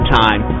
time